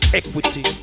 equity